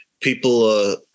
people